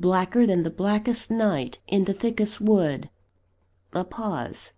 blacker than the blackest night in the thickest wood a pause